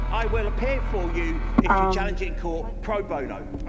i will appear for you if you challenge it in court pro-bono.